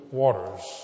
waters